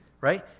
Right